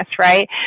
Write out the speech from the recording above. right